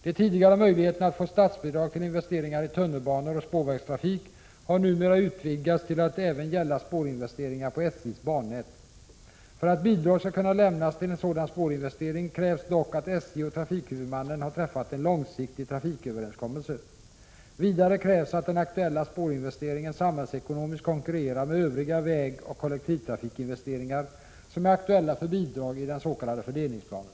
De tidigare möjligheterna att få statsbidrag till investeringar i tunnelbanor och spårvagnstrafik har numera utvidgats till att även gälla spårinvesteringar på SJ:s bannät. För att bidrag skall kunna lämnas till en sådan spårinvestering krävs dock att SJ och trafikhuvudmannen har träffat en långsiktig trafiköverenskommelse. Vidare krävs att den aktuella spårinvesteringen samhällsekonomiskt konkurrerar med övriga vägoch kollektivtrafikinvesteringar som är aktuella för bidrag i den s.k. fördelningsplanen.